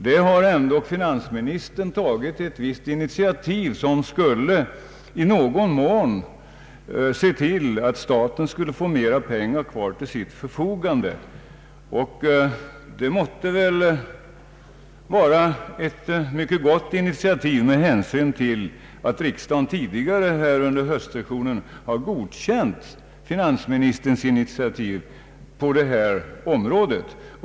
Här har ändå finansministern tagit ett initiativ för att i någon mån medverka till att staten får mera pengar till sitt förfogande, och det måtte väl vara ett mycket gott initiativ, som riksdagen tidigare under höstsessionen har godkänt.